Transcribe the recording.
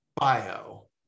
bio